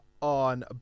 on